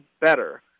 better